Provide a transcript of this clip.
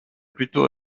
plutôt